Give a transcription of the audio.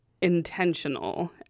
intentional